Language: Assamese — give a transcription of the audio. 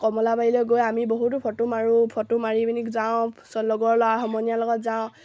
কমলাবাৰীলে গৈ আমি বহুতো ফটো মাৰোঁ ফটো মাৰি পিনি যাওঁ লগৰ ল'ৰা সমনীয়াৰ লগত যাওঁ